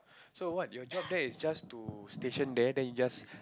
so what your job there is just to station there then you just